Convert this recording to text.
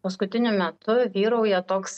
paskutiniu metu vyrauja toks